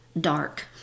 dark